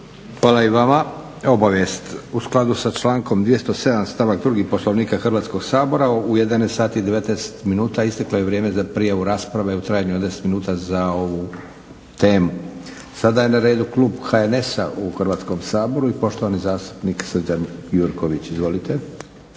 Hvala i vama. Obavijest, u skladu sa člankom 207. stavak 2. Poslovnika Hrvatskog sabora u 11.19 isteklo je vrijeme za prijavu rasprave u trajanju od 10 minuta za ovu temu. Sada je na redu klub HNS-a u Hrvatskom saboru i poštovani zastupnik Srđan Gjurković. Izvolite.